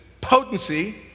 potency